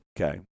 Okay